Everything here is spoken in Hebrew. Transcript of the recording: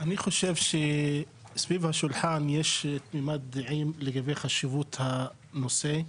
אני חושב שסביב השולחן הזה יש תמימות דעים לגבי חשיבות הנושא.